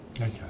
Okay